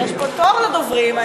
יש פה תור לדוברים.